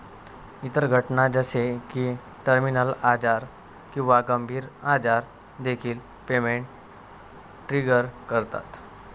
इतर घटना जसे की टर्मिनल आजार किंवा गंभीर आजार देखील पेमेंट ट्रिगर करतात